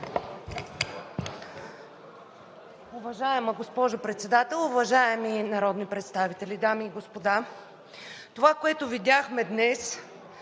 Уважаема госпожо Председател, уважаеми народни представители, дами и господа! Това, което видяхме днес,